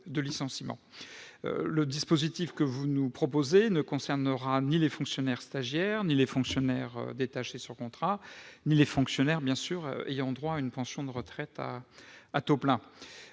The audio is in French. Le dispositif proposé ne concernera ni les fonctionnaires stagiaires, ni les fonctionnaires détachés sous contrat, ni ceux qui ont droit à une pension de retrait à taux plein.